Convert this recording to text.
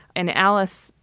and alice,